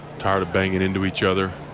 but banging into each other,